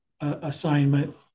assignment